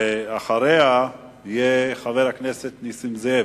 אחריה, חבר הכנסת נסים זאב.